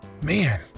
Man